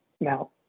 now